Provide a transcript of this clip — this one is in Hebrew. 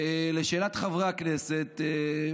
לשאלת חברי הכנסת,